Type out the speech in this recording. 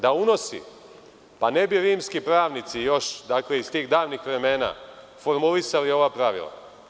Da unosi, ne bi rimski pravnici, još iz tih davnih vremena formulisali ova pravila.